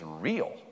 real